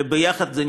יחד זה,